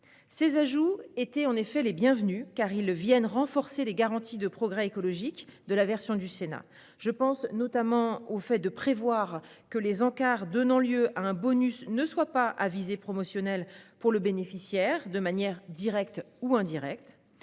Ces ajouts étaient les bienvenus, car ils viennent renforcer les garanties de progrès écologiques de la version du Sénat. Je pense notamment au fait de prévoir que les encarts donnant lieu à un bonus ne soient pas à visée promotionnelle pour le bénéficiaire, de manière directe ou indirecte.